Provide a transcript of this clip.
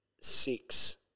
six